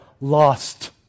lost